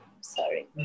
sorry